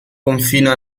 confina